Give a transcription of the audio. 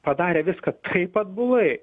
padarė viską kaip atbulai